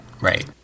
Right